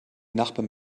nachbarn